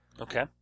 Okay